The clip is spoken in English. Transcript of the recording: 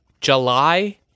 July